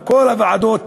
בכל הוועדות,